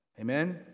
Amen